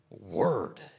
word